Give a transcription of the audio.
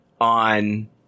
on